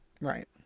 Right